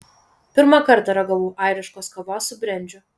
pirmą kartą ragavau airiškos kavos su brendžiu